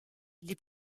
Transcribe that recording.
les